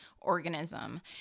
organism